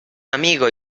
amigo